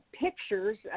pictures